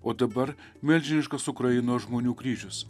o dabar milžiniškas ukrainos žmonių kryžius